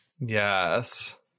Yes